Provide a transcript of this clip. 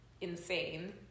insane